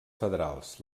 federals